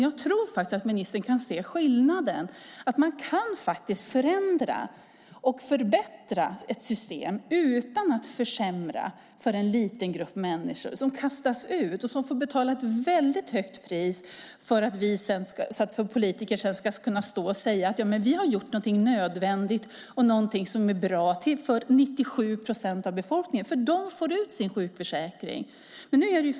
Jag tror faktiskt att ministern kan se skillnaden. Man kan förändra och förbättra ett system utan att försämra för en lite grupp människor som kastas ut och får betala ett väldigt högt pris för att politiker sedan ska kunna säga att man har gjort någonting nödvändigt och någonting som är bra för 97 procent av befolkningen, för de får ut sin sjukförsäkring.